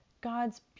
God's